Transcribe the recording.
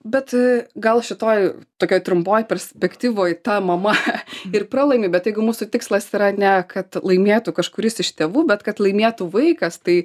bet gal šitoj tokioj trumpoj perspektyvoj ta mama ir pralaimi bet jeigu mūsų tikslas yra ne kad laimėtų kažkuris iš tėvų bet kad laimėtų vaikas tai